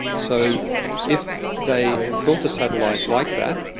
so if they have built a satellite like that,